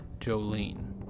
Jolene